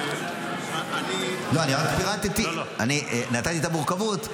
אני --- נתתי את המורכבות.